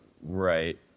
Right